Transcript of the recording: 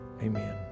Amen